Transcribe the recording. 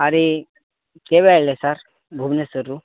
ଆରି କେବେ ଆସିଲେ ସାର୍ ଭୁବନେଶ୍ୱରରୁ